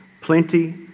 plenty